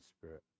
Spirit